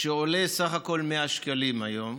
שעולה סך הכול 100 שקלים היום,